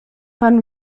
panu